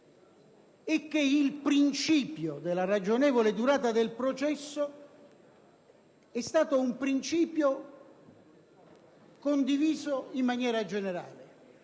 è che il principio della ragionevole durata del processo è stato condiviso in maniera generale.